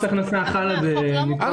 מס הכנסה חל על --- בקיצור,